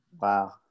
Wow